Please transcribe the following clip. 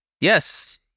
Yes